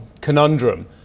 conundrum